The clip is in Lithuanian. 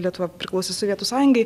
lietuva priklausė sovietų sąjungai